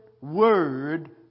word